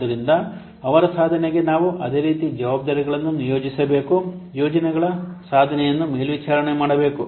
ಆದ್ದರಿಂದ ಅವರ ಸಾಧನೆಗೆ ನಾವು ಅದೇ ರೀತಿ ಜವಾಬ್ದಾರಿಗಳನ್ನು ನಿಯೋಜಿಸಬೇಕು ಪ್ರಯೋಜನಗಳ ಸಾಧನೆಯನ್ನು ಮೇಲ್ವಿಚಾರಣೆ ಮಾಡಬೇಕು